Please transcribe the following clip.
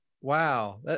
Wow